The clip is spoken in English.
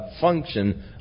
function